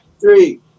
three